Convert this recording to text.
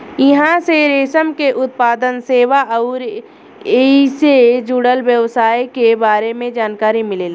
इहां से रेशम के उत्पादन, सेवा अउरी ऐइसे जुड़ल व्यवसाय के बारे में जानकारी मिलेला